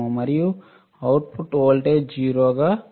మన output voltage 0 గా ఉంటుంది